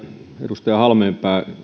edustaja halmeenpää